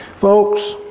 Folks